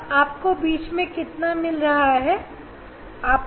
अब आपको बीच में कितना मिल रहा है